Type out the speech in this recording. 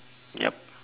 yup